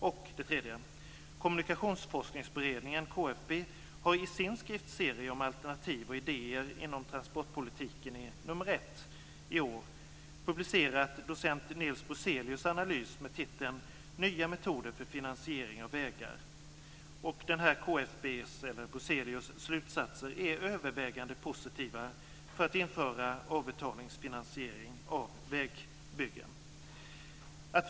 För det tredje har Kommunikationsforskningsberedningen, KFB, i sin skriftserie om alternativ och idéer inom transportpolitiken i nr 1 i år publicerat docent Nils Bruzelius analys under titeln Nya metoder för finansiering av vägar. KFB:s eller Bruzelius slutsatser är övervägande positiva för att införa avbetalningsfinansiering av vägbyggen.